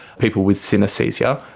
people with synaesthesia,